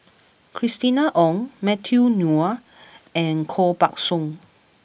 Christina Ong Matthew Ngui and Koh Buck Song